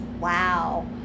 Wow